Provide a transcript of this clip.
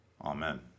Amen